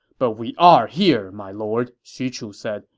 but we are here, my lord, xu chu said.